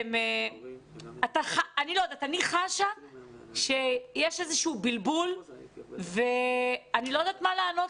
אני חשה שיש איזשהו בלבול ואני לא יודעת מה לענות